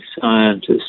scientists